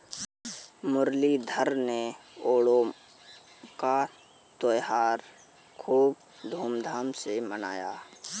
मुरलीधर ने ओणम का त्योहार खूब धूमधाम से मनाया